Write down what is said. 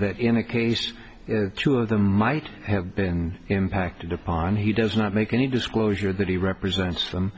that in a case two of them might have been impacted upon he does not make any disclosure that he represents them